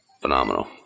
phenomenal